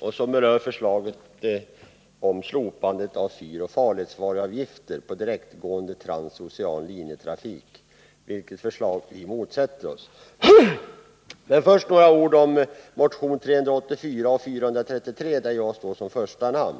Reservationen berör förslaget om slopande av fyroch farledsvaruavgifter för direktgående transocean linjetrafik, vilket förslag vi motsätter oss. Men först några ord om motionerna 384 och 433, där jag står som första namn.